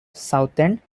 southend